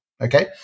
Okay